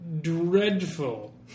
dreadful